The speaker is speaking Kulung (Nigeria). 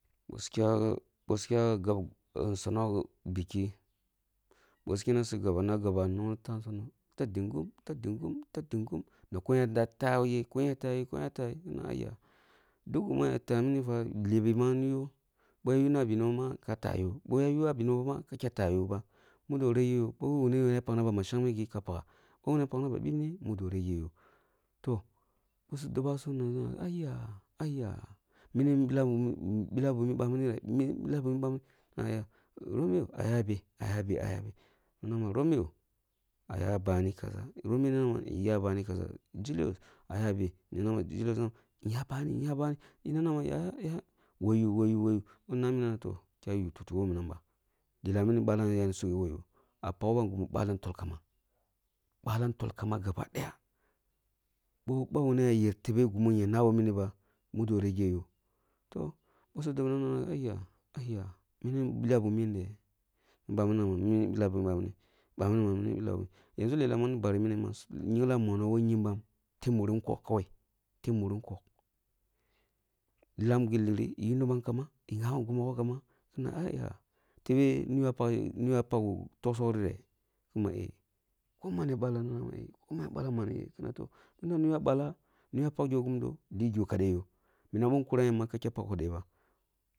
Si kya boh sukya boh sukya gab sonoh bikki bosoni kene ni gaba na gaba nomi toh sonoh tah dingum tahdingum tahadingum na koyen da ya tehye koyen ya tahye kayen tahye kina aiyah duwa gima ya tei minifa libi ma nigo bwoi yuna beno ma ka tahuyo bwoi ya ywa benoba ma ka da tehgoba mudo regeh yoh ba muna pakna ba shek me gi ka pagha bi muna ya pakna ba mbipne mudo regeh yoh. Toh bisun dobasum nana nama aiya aiya mini ni billah billah bumi bamini reh billeh bumi baminreh billah bumi bumini reh nana toh, romiyo ah yah beh? Ah yah beh? Ah yah beh? Na nama romiyo, oya bani kaza na romiyo nama iya bani kaʒa na nama julius aya beh? Na nama julius nama iya bani iya bani ni nama yaya yaya wa yu wa yu wayu nan nabi nana da yu tutu woh minamba lelah mini balam yani sughe woh yoh ah paghobam gini balam tollikamba, balam tolkamba gaba daya boh boh bawuna yer tibe gimi yer nabo miniba mudo regeh yoh toh, busu dubna nan nama aiya aiya mini ni billa bunu yen neh? Na bamiri nama mini ni billo bume bamini yanʒu lelah mio ni bari mini ma, su nginla monoh wo kyambam yeb mure nkog kawai tebmure nkog. Lam gilli ri iyuniba kamba eh ghgabam gimi mogho kamba ki na aiya tebe niyo ah niyo ah pak taksok ri reh? Kuma eh. Ko man ah balla nama eh ko man ah ballah na ma eh kina toh, ko man ya balleh niyo pakji gimdo lijo kade yoh minam ma bin kuram yam ma keda pak kodiye ba.